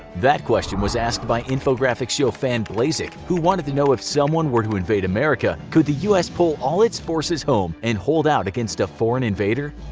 that question was asked by inforgraphics show fan blazik who wanted to know if someone were to invade america, could the us pull all its forces home and hold out against a foreign invader?